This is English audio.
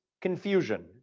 confusion